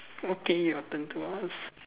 okay your turn to ask